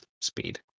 speed